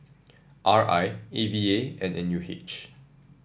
R I A V A and N U H